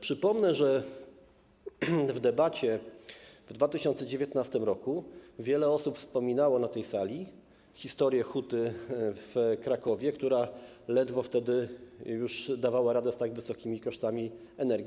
Przypomnę, że w debacie w 2019 r. wiele osób wspominało na tej sali historię huty w Krakowie, która już wtedy ledwo dawała radę z tak wysokimi kosztami energii.